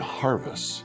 harvest